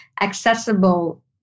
accessible